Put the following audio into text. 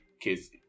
kids